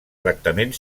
tractament